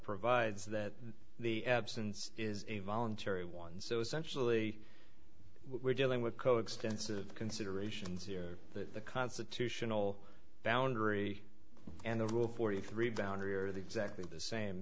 provides that the absence is a voluntary one so essentially what we're dealing with coextensive considerations here that the constitutional boundary and the rule forty three boundary are the exactly the same